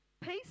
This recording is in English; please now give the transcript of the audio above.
Peace